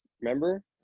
remember